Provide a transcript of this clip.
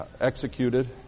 executed